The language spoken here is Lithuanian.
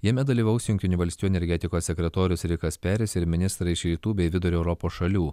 jame dalyvaus jungtinių valstijų energetikos sekretorius rikas peris ir ministrai iš rytų bei vidurio europos šalių